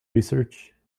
research